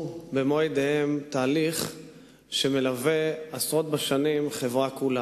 במו-ידיהם תהליך שמלווה עשרות בשנים חברה כולה.